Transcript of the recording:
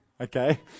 Okay